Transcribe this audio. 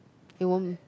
you won't